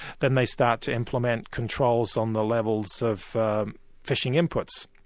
then they start to implement controls on the levels of fishing inputs.